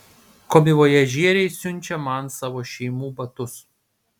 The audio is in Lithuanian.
komivojažieriai siunčia man savo šeimų batus